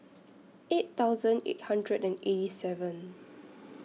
eight thousand eight hundred and eighty seven